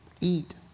eat